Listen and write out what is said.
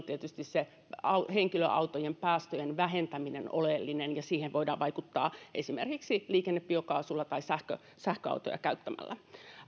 tietysti se henkilöautojen päästöjen vähentäminen on oleellista ja siihen voidaan vaikuttaa esimerkiksi liikennebiokaasulla tai sähköautoja käyttämällä